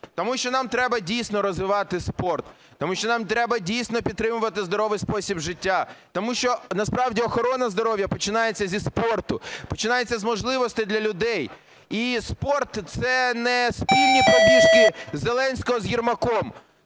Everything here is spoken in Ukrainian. Тому що нам треба дійсно розвивати спорт, тому що нам треба дійсно підтримувати здоровий спосіб життя. Тому що насправді охорона здоров'я починається зі спорту, починається з можливостей для людей. І спорт – це не спільні пробіжки Зеленського з Єрмаком.